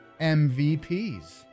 MVPs